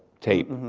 tape,